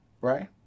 right